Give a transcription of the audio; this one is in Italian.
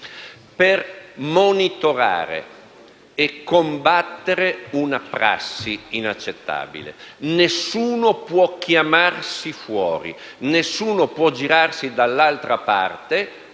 per monitorare e combattere una prassi inaccettabile. Nessuno può chiamarsi fuori, nessuno può girarsi dall'altra parte